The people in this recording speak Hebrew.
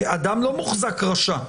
אדם לא מוחזק רשע.